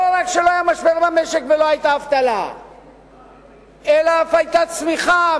לא רק שלא היה משבר במשק ולא היתה אבטלה אלא אף היתה צמיחה,